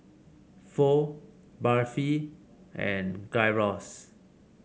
Pho Barfi and Gyros